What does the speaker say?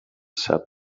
said